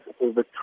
over